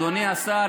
אדוני השר,